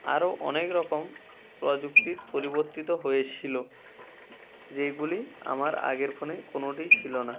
আরও অনেক রকম প্রযুক্তির পরিবর্তিত হয়েছিলো যেইগুলি আমার আগের ফোনে কোনোটিই ছিলো না